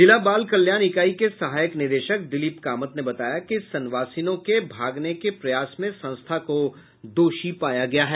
जिला बाल कल्याण इकाई के सहायक निदेशक दिलीप कामत ने बताया कि संवासिनों के भागने के प्रयास में संस्था को दोषी पाया गया है